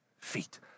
feet